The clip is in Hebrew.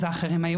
זה: